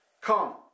Come